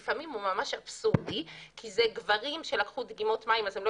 ולפעמים הוא ממש אבסורדי כי זה גברים שלקחו דגימות מים אז הם לא